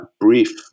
brief